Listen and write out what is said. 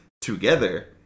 together